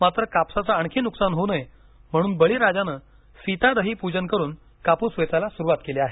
मात्र कापसाचं आणखी नुकसान होऊ म्हणून बळिराजानं सीतादही प्जन करून कापूस वेचायला सुरूवात केली आहे